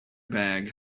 bag